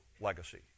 legacy